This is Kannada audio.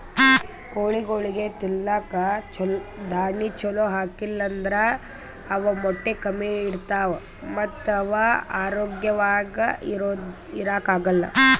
ಕೋಳಿಗೊಳಿಗ್ ತಿಲ್ಲಕ್ ದಾಣಿ ಛಲೋ ಹಾಕಿಲ್ ಅಂದ್ರ ಅವ್ ಮೊಟ್ಟೆ ಕಮ್ಮಿ ಇಡ್ತಾವ ಮತ್ತ್ ಅವ್ ಆರೋಗ್ಯವಾಗ್ ಇರಾಕ್ ಆಗಲ್